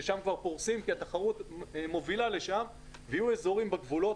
שם כבר פורסים כי התחרות מובילה לשם ויהיו אזורים בגבולות,